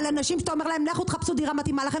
-- על אנשים שאתה אומר להם לכו תחפשו דירה מתאימה לכם,